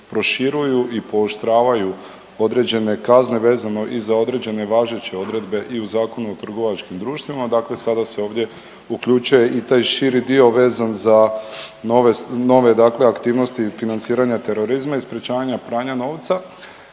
proširuju i pooštravaju određene kazne vezano i za određene važeće odredbe i u Zakonu o trgovačkim društvima. Dakle, sada se ovdje uključuje i taj širi dio vezan za nove, dakle aktivnosti financiranja terorizma i sprječavanja pranja novca